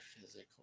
physically